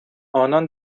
آنان